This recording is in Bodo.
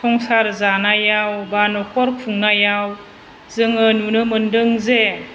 संसार जानायाव बा नखर खुंनायाव जोङो नुनो मोन्दों जे